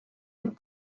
with